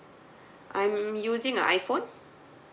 I'm using a iphone